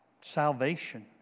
salvation